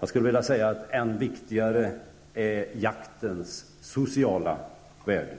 Jag skulle vilja säga att jaktens sociala värde är än viktigare.